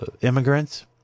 immigrants